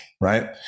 Right